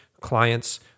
clients